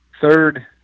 third